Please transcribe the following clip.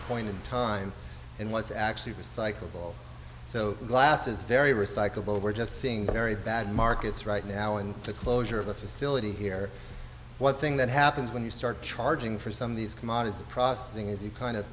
point in time and what's actually the cycle so glass is very recyclable we're just seeing very bad markets right now and the closure of the facility here one thing that happens when you start charging for some of these commodity processing is you kind of